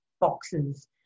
boxes